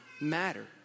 matter